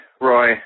Roy